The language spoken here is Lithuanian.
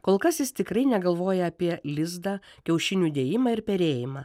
kol kas jis tikrai negalvoja apie lizdą kiaušinių dėjimą ir perėjimą